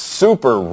super